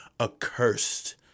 accursed